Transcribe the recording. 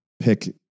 pick